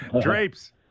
Drapes